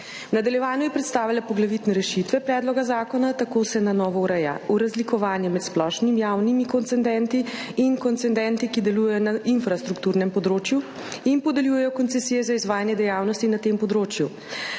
nadaljevanju je predstavila poglavitne rešitve predloga zakona. Tako se na novo ureja razlikovanje med splošnimi javnimi koncedenti in koncedenti, ki delujejo na infrastrukturnem področju in podeljujejo koncesije za izvajanje dejavnosti na tem področju.